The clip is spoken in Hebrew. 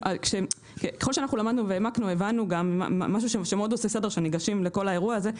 ככל שלמדנו והעמקנו הבנו משהו שמאוד עושה סדר כשניגשים לאירוע הזה.